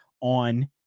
on